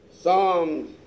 Psalms